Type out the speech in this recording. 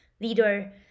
leader